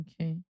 okay